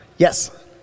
Yes